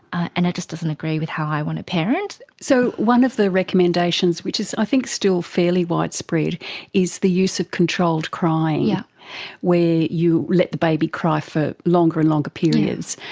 and that doesn't agree with how i want to parent. so one of the recommendations which is i think still fairly widespread is the use of controlled crying where you let the baby cry for longer and longer periods.